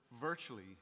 virtually